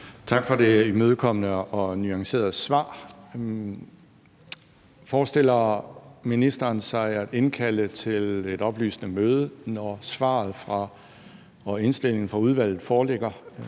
Tak for det imødekommende og nuancerede svar. Forestiller ministeren sig at indkalde til et oplysende møde, når svaret og indstillingen fra udvalget foreligger?